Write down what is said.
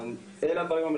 בכל מה שנדרש.